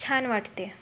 छान वाटते